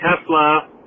Tesla